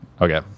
okay